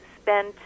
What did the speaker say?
spent